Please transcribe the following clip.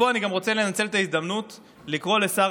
ברשותך,